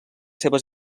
seves